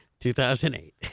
2008